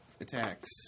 Attacks